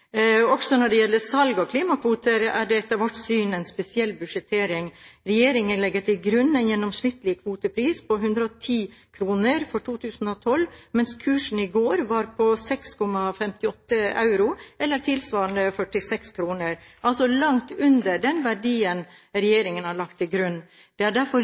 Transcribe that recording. Også når det gjelder salg av klimakvoter, er det etter vårt syn en spesiell budsjettering. Regjeringen legger til grunn en gjennomsnittlig kvotepris på 110 kr for 2012, mens kursen i går var på 6,58 euro, eller tilsvarende 46 kr – altså langt under den verdien regjeringen har lagt til grunn. Det er derfor